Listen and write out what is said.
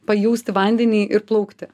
pajausti vandenį ir plaukti